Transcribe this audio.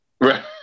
right